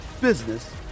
business